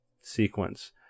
sequence